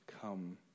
come